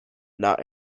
not